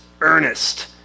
earnest